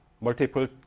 multiple